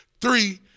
Three